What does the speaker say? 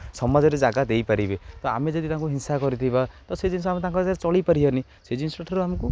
ସମାଜରେ ଜାଗା ଦେଇପାରିବେ ତ ଆମେ ଯଦି ତାଙ୍କୁ ହିଂସା କରିଥିବା ତ ସେଇ ଜିନିଷ ଆମେ ତାଙ୍କ ଚଳିପାରିବନି ସେ ଜିନିଷଠାରୁ ଆମକୁ